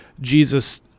Jesus